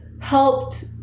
helped